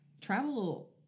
travel